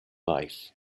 life